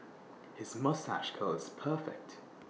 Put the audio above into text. his moustache curl is perfect